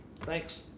Thanks